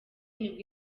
nibwo